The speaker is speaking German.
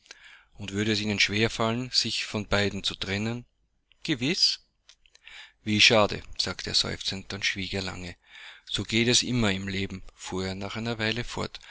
und würde es ihnen schwer fallen sich von beiden zu trennen gewiß wie schade sagte er seufzend dann schwieg er lange so geht es immer im leben fuhr er nach einer weile fort